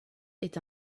est